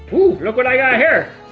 oh look what i got here.